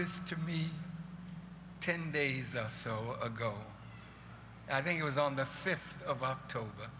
this to me ten days or so ago i think it was on the fifth of october